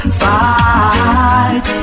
fight